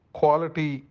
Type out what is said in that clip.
quality